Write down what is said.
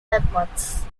records